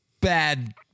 Bad